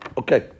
okay